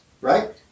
right